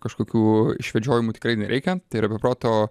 kažkokių išvedžiojimų tikrai nereikia tai yra be proto